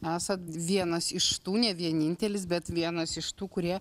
esat vienas iš tų ne vienintelis bet vienas iš tų kurie